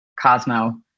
Cosmo